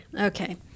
Okay